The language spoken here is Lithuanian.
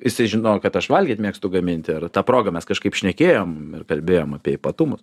jisai žinojo kad aš valgyt mėgstu gaminti ir ta proga mes kažkaip šnekėjom ir kalbėjom apie ypatumus